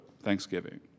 Thanksgiving